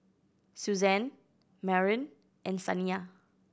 Suzan Maren and Saniya